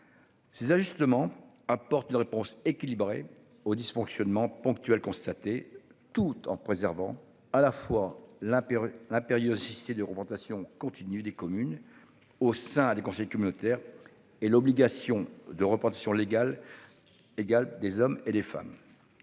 Ces ajustements apporte une réponse équilibrée au dysfonctionnement ponctuel constaté tout en préservant à la fois l'impérieuse impériosité de augmentation continue des communes au sein du conseil communautaire et l'obligation de reprendre sur l'égal. Égal des hommes et des femmes.